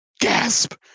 Gasp